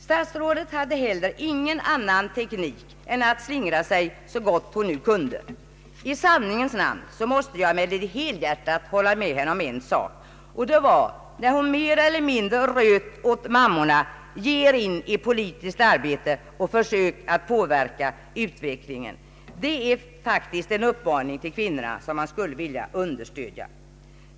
Statsrådet hade heller inte någon annan teknik än att slingra sig så gott hon nu kunde. I sanningens namn måste jag emellertid helhjärtat hålla med henne om en sak. Hon mer eller mindre röt åt mammorna: Ge er in i politiskt arbete och försök att påverka utvecklingen! Det är en uppmaning till kvinnorna som jag vill understryka.